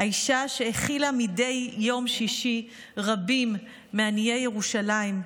האישה שהאכילה מדי יום שישי רבים מעניי ירושלים,